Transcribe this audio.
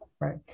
Right